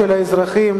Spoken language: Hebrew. כן.